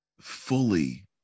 fully